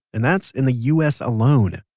and that's in the us alone.